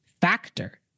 factor